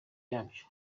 yabyo